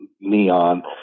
Neon